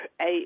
eight